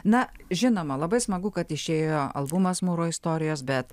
na žinoma labai smagu kad išėjo albumas mūro istorijos bet